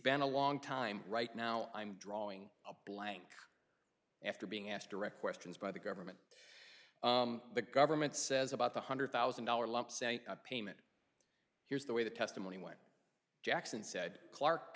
been a long time right now i'm drawing a blank after being asked direct questions by the government the government says about one hundred thousand dollars lumps and a payment here's the way the testimony way jackson said clark